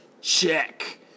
check